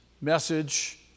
message